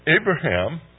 Abraham